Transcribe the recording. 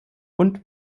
und